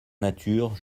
nature